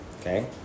okay